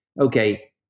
okay